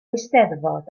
eisteddfod